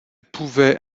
pouvait